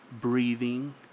breathing